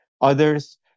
others